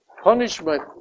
punishment